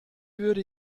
würde